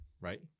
right